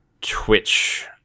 Twitch